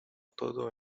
todo